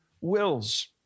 wills